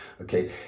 okay